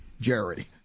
Jerry